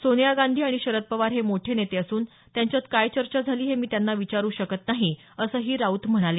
सोनिया गांधी आणि शरद पवार हे मोठे नेते असून त्यांच्यात काय चर्चा झाली हे मी त्यांना विचारु शकत नाही असही राऊत म्हणाले